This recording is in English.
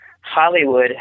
Hollywood